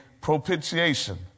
propitiation